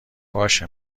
باشه